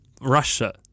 Russia